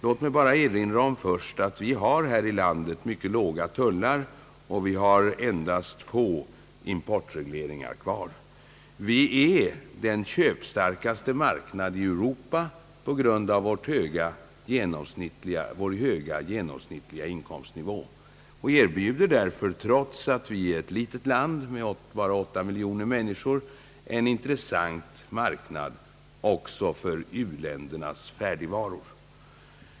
Låt mig bara först erinra om att Sverige har mycket låga tullar och endast få importregleringar kvar. Vi utgör den mest köpstarka marknaden i Europa på grund av vår höga genomsnittliga inkomstnivå. Vi erbjuder därför, trots att vi är ett land med bara 8 miljoner människor, en intressant marknad också för u-ländernas färdigvaror.